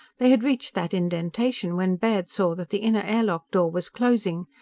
they had reached that indentation when baird saw that the inner air-lock door was closing.